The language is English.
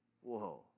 Whoa